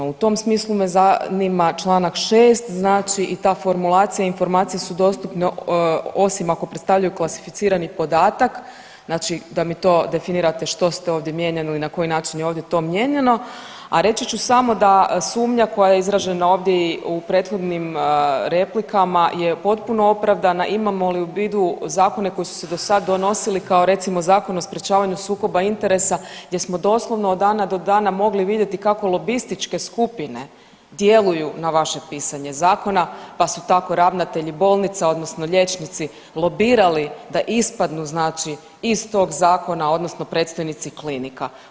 U tom smislu me zanima čl. 6, znači i ta formulacija informacije su dostupne, osim ako predstavljaju klasificirani podatak, znači da mi to definirate što ste ovdje mijenjali i na koji način je ovdje to mijenjano, a reći ću samo da sumnja koja je izražena ovdje i u prethodnim replikama je potpuno opravdana, imamo li u vidu zakone koji su se do sad donosili kao recimo, Zakon o sprječavanju sukoba interesa gdje smo doslovno od dana do dana mogli vidjeti kako lobističke skupine djeluju na vaše pisanje zakona pa su tako ravnatelji bolnica, odnosno liječnici lobirali da ispadnu znači iz tog zakona, odnosno predstojnici klinika.